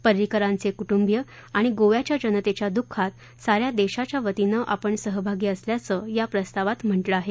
परिंकरांचे कूट्रांबिय आणि गोव्याच्या जनतेच्या दःखात सा या देशाच्या वतीनं आपण सहभागी असल्याचं या प्रस्तावात म्हटलं आहे